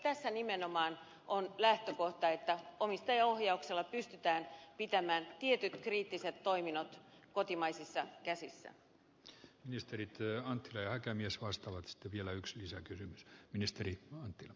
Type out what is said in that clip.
tässä nimenomaan on lähtökohta että omistajaohjauksella pystytään pitämään tietyt kriittiset toiminnot kotimaisissa käsissä ministerityö ja ikämies kostavat steviellä yks lisäkysymys ministeri on tila